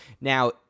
now